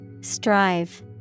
Strive